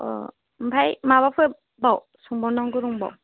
अ' ओमफ्राय माबाफोरबाव सोंबावनांगौ दंबावो